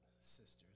sisters